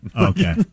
Okay